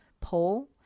poll